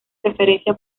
preferencia